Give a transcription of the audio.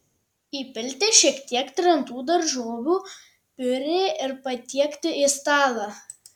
įpilti šiek tiek trintų daržovių piurė ir patiekti į stalą